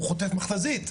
הוא חוטף מכת"זית,